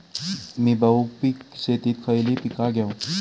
मी बहुपिक शेतीत खयली पीका घेव?